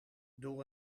door